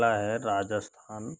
पहला है राजस्थान